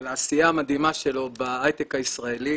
על העשייה המדהימה שלו בהייטק הישראלי.